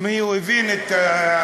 אם הוא הבין את המשמעות.